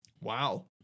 Wow